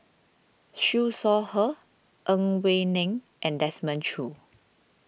Siew Shaw Her Ang Wei Neng and Desmond Choo